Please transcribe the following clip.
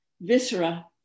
viscera